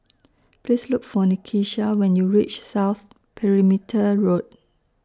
Please Look For Nakisha when YOU REACH South Perimeter Road